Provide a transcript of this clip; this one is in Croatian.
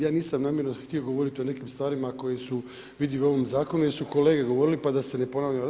Ja nisam namjerno htio govoriti o nekim stvarima koje su vidljive u ovom Zakonu jer su kolege govorile pa da se ne ponavljam.